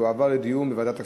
תועבר לדיון בוועדת הכספים.